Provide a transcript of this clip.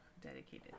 dedicated